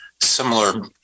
similar